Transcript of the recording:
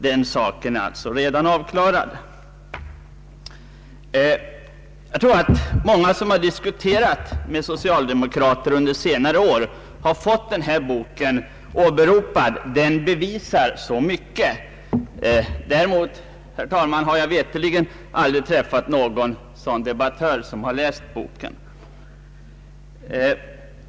Den saken är alltså redan avklarad.” Jag tror att många som diskuterat med socialdemokrater under senare år har fått denna bok åberopad; den bevisar så mycket. Däremot, herr talman, har jag veterligen aldrig träffat någon sådan debattör som läst boken.